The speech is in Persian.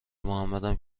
محمدم